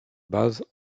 base